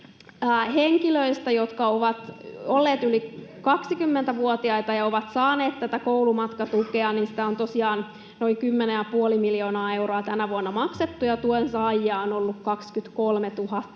henkilöille, jotka ovat olleet yli 20-vuotiaita ja ovat saaneet tätä koulumatkatukea, on tosiaan noin 10,5 miljoonaa euroa tänä vuonna maksettu, ja tuensaajia on ollut 23 637.